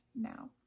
now